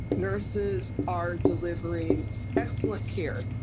nurses are delivering excellent care.